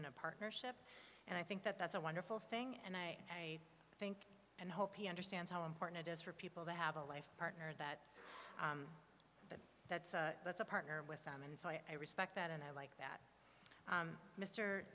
in a partnership and i think that that's a wonderful thing and i think and hope he understands how important it is for people to have a life partner that's that that's that's a partner with them and so i respect that and i like that